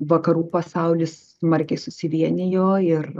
vakarų pasaulis smarkiai susivienijo ir